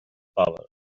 power